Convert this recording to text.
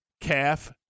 calf